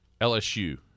LSU